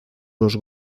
los